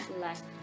left